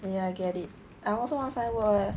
ya I get it I also want find work eh